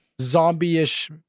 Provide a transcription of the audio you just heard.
zombie-ish